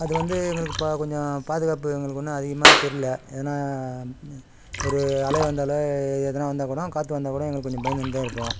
அது வந்து எங்களுக்கு இப்போ கொஞ்சம் பாதுகாப்பு எங்களுக்கு ஒன்றும் அதிகமாக தெரில ஏன்னா ஒரு அலை வந்தாலோ எதுனால் வந்தாக் கூடம் காற்று வந்தாக் கூடம் எங்களுக்கு கொஞ்சம் பயந்துன்னு தான் இருப்போம்